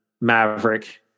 maverick